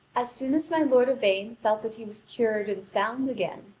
as soon as my lord yvain felt that he was cured and sound again,